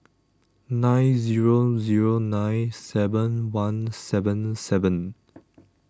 nine zero zero nine seven one seven seven